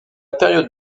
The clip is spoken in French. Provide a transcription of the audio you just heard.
période